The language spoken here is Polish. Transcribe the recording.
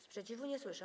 Sprzeciwu nie słyszę.